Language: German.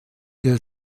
der